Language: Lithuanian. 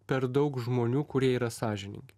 per daug žmonių kurie yra sąžiningi